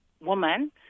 woman